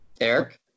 Eric